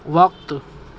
وقت